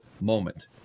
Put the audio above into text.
moment